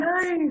nice